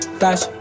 dash